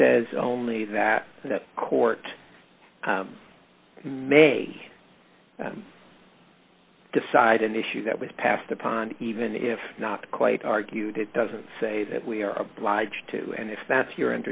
says only that the court may decide an issue that was passed upon even if not quite argued it doesn't say that we are obliged to and if that's your